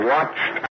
Watched